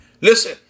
Listen